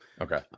Okay